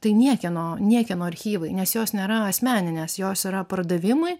tai niekieno niekieno archyvai nes jos nėra asmeninės jos yra pardavimui